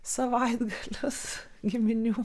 savaitgalius giminių